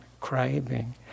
craving